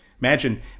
Imagine